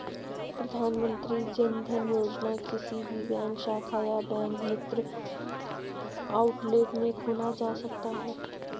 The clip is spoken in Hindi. प्रधानमंत्री जनधन योजना किसी भी बैंक शाखा या बैंक मित्र आउटलेट में खोला जा सकता है